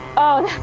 oh,